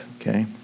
Okay